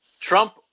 Trump